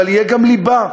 אבל יהיה גם ליבה.